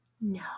No